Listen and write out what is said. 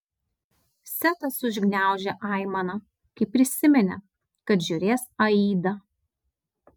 setas užgniaužė aimaną kai prisiminė kad žiūrės aidą